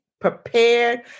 prepared